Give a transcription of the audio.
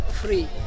free